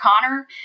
Connor